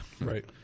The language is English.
right